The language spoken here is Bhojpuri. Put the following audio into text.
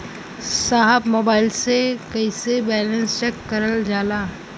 साहब मोबइलवा से कईसे बैलेंस चेक करल जाला?